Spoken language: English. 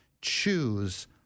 choose